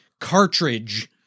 cartridge